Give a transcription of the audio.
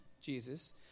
Jesus